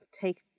take